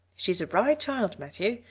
she's a bright child, matthew.